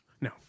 no